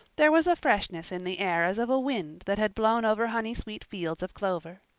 there was a freshness in the air as of a wind that had blown over honey-sweet fields of clover.